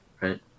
Right